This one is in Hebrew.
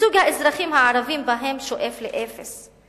שייצוג האזרחים הערבים בהם שואף לאפס.